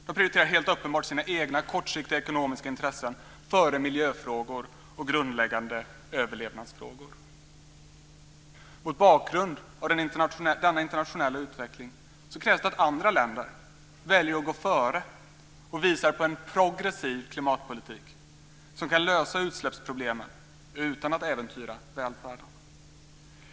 De prioriterar helt uppenbart sina egna kortsiktiga ekonomiska intressen före miljöfrågor och grundläggande överlevnadsfrågor. Mot bakgrund av denna internationella utveckling krävs det att andra länder väljer att gå före och visar på en progressiv klimatpolitik som kan lösa utsläppsproblemen utan att äventyra välfärden.